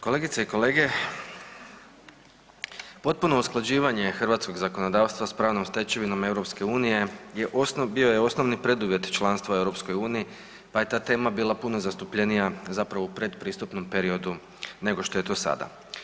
Kolegice i kolege, potpuno usklađivanje hrvatskog zakonodavstva s pravnom stečevinom EU je osnov, bio je osnovni preduvjet članstva u EU pa je ta tema bila puno zastupljenija zapravo u pretpristupnom periodu nego što je to sada.